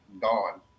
gone